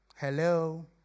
Hello